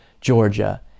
Georgia